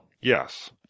Yes